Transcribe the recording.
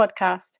Podcast